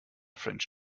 french